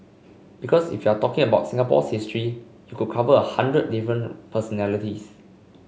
because if you are talking about Singapore's history you could cover a hundred different personalities